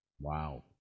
Wow